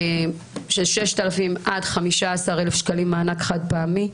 של 6,000 ₪ עד 15,000 ₪ מענק חד פעמי.